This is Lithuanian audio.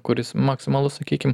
kuris maksimalus sakykim